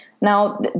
Now